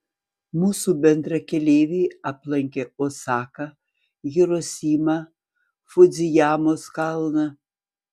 mūsų bendrakeleiviai aplankė osaką hirosimą fudzijamos kalną